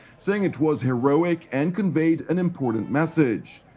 saying it was heroic and conveyed an important message.